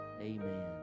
amen